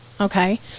okay